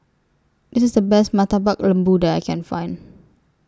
This IS The Best Murtabak Lembu that I Can Find